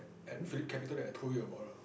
at Philip Capital that I told you about lah